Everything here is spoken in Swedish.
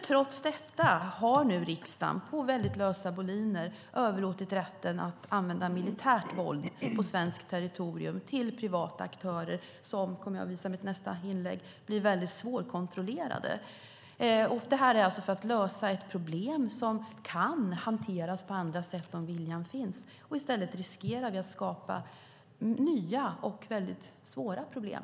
Trots detta har nu riksdagen på lösa boliner överlåtit rätten att använda militärt våld på svenskt territorium till privata aktörer som blir väldigt svårkontrollerade, vilket jag kommer att visa i mitt nästa inlägg. Det här sker för att lösa ett problem som kan hanteras på andra sätt om viljan finns. I stället riskerar vi att skapa nya svåra problem.